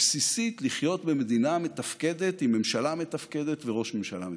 הבסיסית לחיות במדינה מתפקדת עם ממשלה מתפקדת וראש ממשלה מתפקד.